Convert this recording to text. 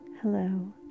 Hello